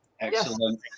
excellent